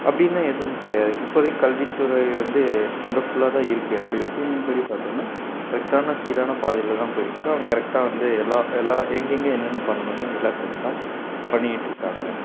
அப்படினு ஏதுவும் கிடையாது இப்போதைக்கு கல்வித்துறை வந்து ஒண்டெர்ஃபுல்லா தான் இருக்குது என்னுடைய ஒபீனியன் படி பார்த்தோம்னா கரெக்ட்டானா சீரானா பாதையில் தான் போயிட்டுருக்குது அவங்க கரெக்ட்டா வந்து எல்லா எல்லாம் எங்கெங்க என்னென்ன பண்ணணுமோ எல்லாம் கரெக்ட்டாக பண்ணிட்டுருக்காங்க